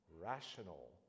rational